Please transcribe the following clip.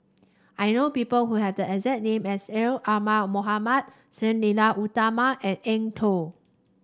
I know people who have the exact name as L Omar Mohamed Sang Nila Utama and Eng Tow